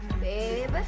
Babe